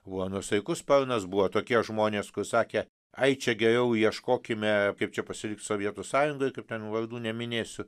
buvo nuosaikus sparnas buvo tokie žmonės kur sakė ai čia geriau ieškokime kaip čia pasilikt sovietų sąjungoj kaip ten vardų neminėsiu